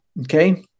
okay